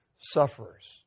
sufferers